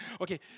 Okay